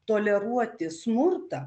toleruoti smurtą